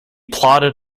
plodded